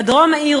בדרום העיר,